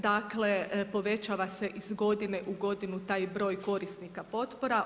Dakle povećava se iz godine u godinu taj broj korisnika potpora.